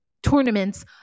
tournaments